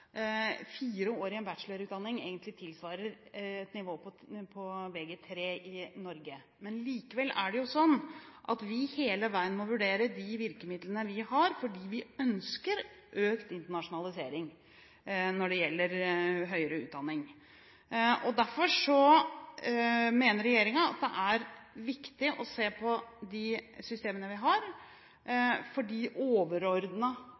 fire år i en bachelorutdanning egentlig tilsvarer et nivå på Vg3 i Norge. Likevel er det jo sånn at vi hele veien må vurdere de virkemidlene vi har fordi vi ønsker økt internasjonalisering når det gjelder høyere utdanning. Derfor mener regjeringen at det er viktig å se på de systemene vi har,